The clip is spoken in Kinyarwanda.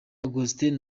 augustin